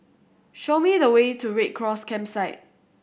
show me the way to Red Cross Campsite